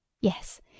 Yes